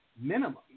minimum